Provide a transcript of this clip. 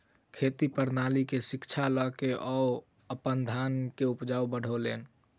खेती प्रणाली के शिक्षा लय के ओ अपन धान के उपज बढ़ौलैन